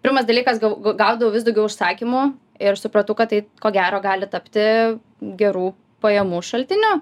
pirmas dalykas gaudavau vis daugiau užsakymų ir supratau kad tai ko gero gali tapti gerų pajamų šaltiniu